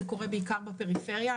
זה קורה בעיקר בפריפריה.